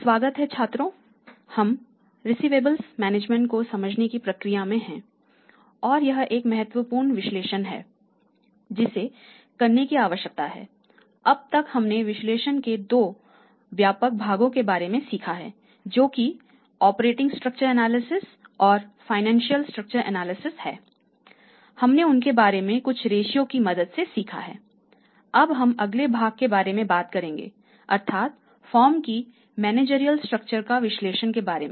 स्वागत है छात्रों हम रिसीवेबल्स मैनेजमेंट का विश्लेषण के बारे में